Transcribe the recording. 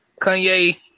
Kanye